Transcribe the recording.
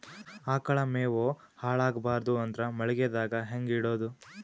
ಆಕಳ ಮೆವೊ ಹಾಳ ಆಗಬಾರದು ಅಂದ್ರ ಮಳಿಗೆದಾಗ ಹೆಂಗ ಇಡೊದೊ?